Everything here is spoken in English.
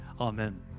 amen